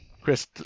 Chris